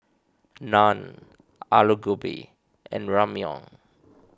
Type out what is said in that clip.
Naan Alu Gobi and Ramyeon